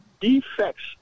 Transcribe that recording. defects